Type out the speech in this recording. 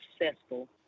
successful